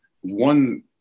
one